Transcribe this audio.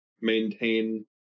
maintain